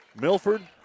Milford